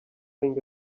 think